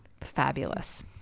Fabulous